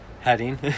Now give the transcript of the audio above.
heading